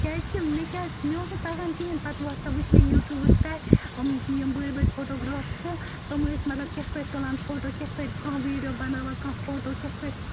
کیٚازِ کہِ مےٚ کیٛازِ مےٚ اوس نہٕ تَگان کِہیٖنٛۍ پَتہٕ ہَسا وُچھ مےٚ یوٗٹیٛوٗبَس پیٚٹھ یِم یم بٔڈۍ بٔڈۍ فوٗٹو گرٛافٲرٕس چھَ تِم ٲسۍ مطلب کِتھٕ پٲٹھۍ تُلان فوٹوٗ کِتھٕ پٲٹھۍ کٔم ویٖڈیو بَناوان کانٛہہ فوٹوٗ کِتھٕ پٲٹھۍ